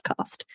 podcast